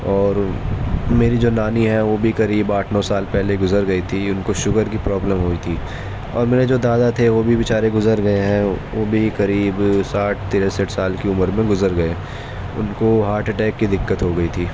اور میری جو نانی ہیں وہ بھی قریب آٹھ نو سال پہلے گزر گئی تھی ان کو شوگر کی پرابلم ہوئی تھی اور میرے جو دادا تھے وہ بھی بیچارے گزر گئے ہیں وہ بھی قریب ساٹھ تریسٹھ سال کی عمر میں گزر گئے ان کو ہاٹ اٹیک کی دقت ہو گئی تھی